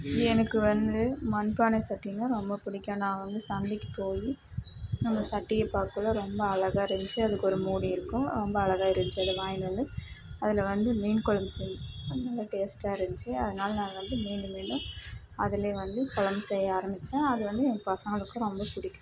எனக்கு வந்து மண்பானை சட்டின்னா ரொம்ப பிடிக்கும் நான் வந்து சந்தைக்கு போய் நம்ம சட்டியை பார்க்கல ரொம்ப அழகாக இருந்துச்சு அதுக்கு ஒரு மூடி இருக்கும் ரொம்ப அழகாக இருந்துச்சு அதை வாங்கின்னு வந்து அதில் வந்து மீன் குழம்பு சென் அது நல்லா டேஸ்ட்டாக இருந்துச்சு அதனால நான் வந்து மீண்டும் மீண்டும் அதுலே வந்து குழம்பு செய்ய ஆரமிச்சேன் அது வந்து என் பசங்களுக்கு ரொம்ப பிடிக்கும்